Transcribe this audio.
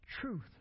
Truth